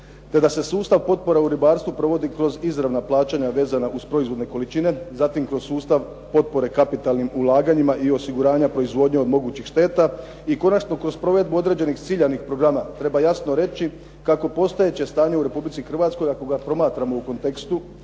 te da se sustav potpora u ribarstvu provodi kroz izravna plaćanja vezana uz proizvodne količine, zatim kroz sustav potpore kapitalnim ulaganjima i osiguranja proizvodnje od mogućih šteta i konačno kroz provedbu određenih ciljanih programa. Treba jasno reći kako postojeće stanje u Republici Hrvatskoj ako ga promatramo u kontekstu